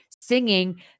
singing